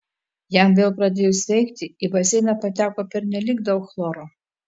jam vėl pradėjus veikti į baseiną pateko pernelyg daug chloro